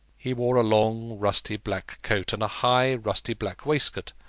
he wore a long rusty black coat, and a high rusty black waistcoat,